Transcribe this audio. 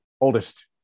oldest